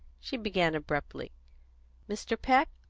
she began abruptly mr. peck,